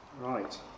Right